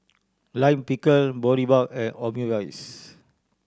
Lime Pickle Boribap and Omurice